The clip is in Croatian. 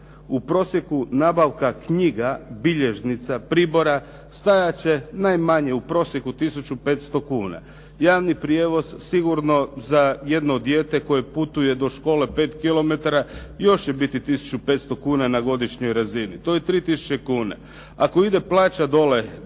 u prosjeku nabavka knjiga, bilježnica, pribora stajat će najmanje u prosjeku tisuću 500 kuna, javni prijevoz sigurno za jedno dijete koje putuje do škole 5 kilometara još će biti tisuću 500 kuna na godišnjoj razini, to je 3 tisuće kuna. Ako ide plaća dole 10% a